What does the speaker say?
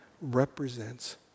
represents